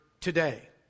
today